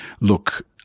look